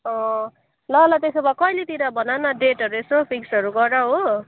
ल ल त्यसो भए कहिलेतिर भन न डेटहरू यसो फिक्सहरू गर हो